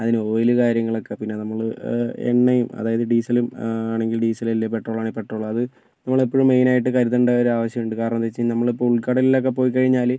അതിന് ഓയില് കാര്യങ്ങളൊക്കെ പിന്നെ നമ്മൾ എണ്ണയും അതായത് ഡീസലും ആണെങ്കിൽ ഡീസൽ അല്ലെങ്കിൽ പെട്രോൾ ആണെങ്കിൽ പെട്രോൾ അത് നമ്മൾ എപ്പോഴും മെയിനായിട്ട് കരുതേണ്ട ഒരു ആവിശ്യമുണ്ട് കാരണം എന്ന് വെച്ച് കഴിഞ്ഞാൽ നമ്മളിപ്പോൾ ഉൾ കടലിൽ ഒക്കെ പോയി കഴിഞ്ഞാല്